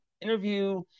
interview